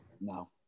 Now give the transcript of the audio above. no